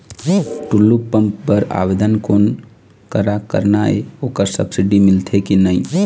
Tullu pump बर आवेदन कोन करा करना ये ओकर सब्सिडी मिलथे की नई?